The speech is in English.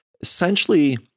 essentially